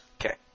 okay